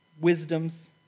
wisdoms